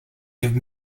give